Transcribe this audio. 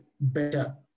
better